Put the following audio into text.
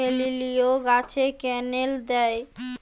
হেলিলিও গাছে ক্যানেল দেয়?